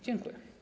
Dziękuję.